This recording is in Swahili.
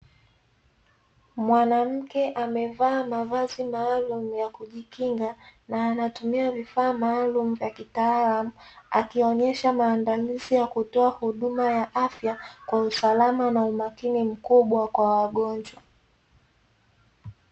Mwanamke amevaa mavazi maalumu ya kujikinga na anatumia vifaa maalumu vya kitaalamu, akionyesha maandalizi ya kutoa huduma ya afya kwa usalama na umakini mkubwa kwa wagonjwa.